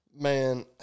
Man